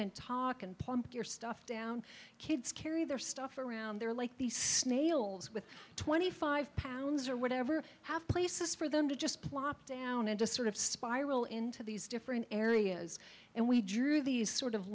and talkin pump your stuff down kids carry their stuff around there like these snails with twenty five pounds or whatever have places for them to just plop down and just sort of spiral into these different areas and we drew these sort of